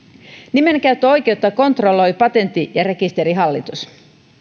nimenkäyttöoikeutta kontrolloi patentti ja rekisterihallitus